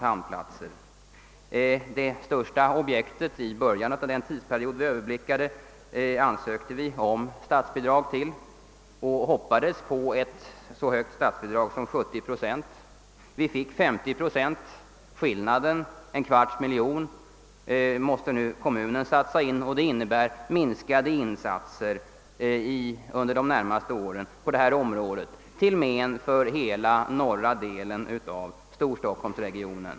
För det största objektet i början av den tidsperiod vi överblickade ansökte vi om statsbidrag och hoppades på 70 procent av kostnaderna. Vi fick 50 procent. Skillnaden, en kvarts miljon kronor, måste kommunen satsa, och det innebär minskade insatser under de närmaste åren på detta område till men för norra delen av storstockholmsregionen.